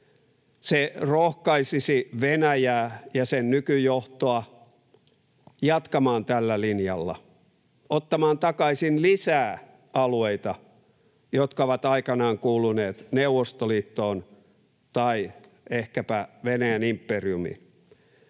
Se rohkaisisi Venäjää ja sen nykyjohtoa jatkamaan tällä linjalla, ottamaan takaisin lisää alueita, jotka ovat aikanaan kuuluneet Neuvostoliittoon tai ehkäpä Venäjän imperiumiin.